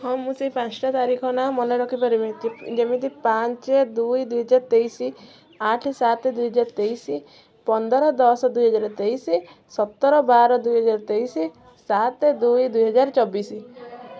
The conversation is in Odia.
ହଁ ମୁଁ ସେଇ ପାଞ୍ଚଟା ତାରିଖ ନାଁ ମନେରଖିପାରିବି ଯେମିତି ପାଞ୍ଚ ଦୁଇ ଦୁଇ ହଜାର ତେଇଶି ଆଠ ସାତ ଦୁଇ ହଜାର ତେଇଶି ପନ୍ଦର ଦଶ ଦୁଇ ହଜାର ତେଇଶି ସତର ବାର ଦୁଇ ହଜାର ତେଇଶି ସାତ ଦୁଇ ଦୁଇ ହଜାର ଚବିଶି ଚବିଶି